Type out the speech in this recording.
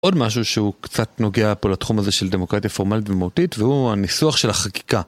עוד משהו שהוא קצת נוגע פה לתחום הזה של דמוקרטיה פורמלית ומהותית והוא הניסוח של החקיקה.